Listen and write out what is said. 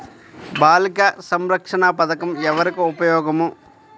బాలిక సంరక్షణ పథకం ఎవరికి ఉపయోగము?